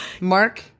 Mark